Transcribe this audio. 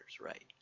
right